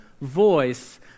voice